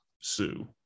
Sue